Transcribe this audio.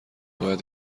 باید